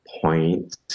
point